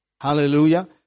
Hallelujah